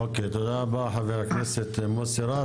אוקיי, תודה רבה חבר הכנסת מוסי רז.